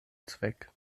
zweck